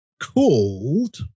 Called